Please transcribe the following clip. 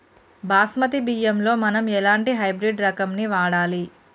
బాస్మతి బియ్యంలో మనం ఎలాంటి హైబ్రిడ్ రకం ని వాడాలి?